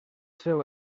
seu